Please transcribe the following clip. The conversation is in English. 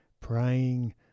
praying